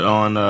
on